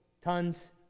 tons